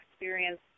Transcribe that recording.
experience